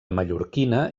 mallorquina